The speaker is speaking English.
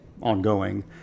ongoing